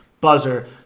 buzzer